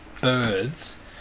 birds